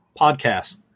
podcast